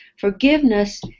Forgiveness